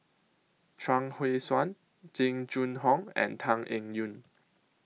Chuang Hui Tsuan Jing Jun Hong and Tan Eng Yoon